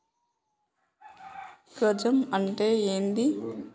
గజం అంటే ఏంది?